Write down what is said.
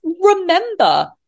remember